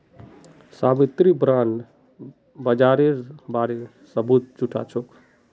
Savitri bond बाजारेर बारे सबूत जुटाछेक